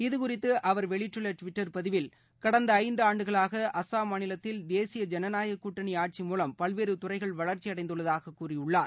இது குறித்து அவர் வெளியிட்டுள்ள டுவிட்டர் பதிவில் கடந்த ஐந்தாண்டுகளாக அஸ்ஸாம் மாநிலத்தில் தேசிய ஜனநாயக கூட்டனி ஆட்சியில் மூலம் பல்வேறு துறைகள் வளர்ச்சியடைந்துள்ளதாக கூறியுள்ளார்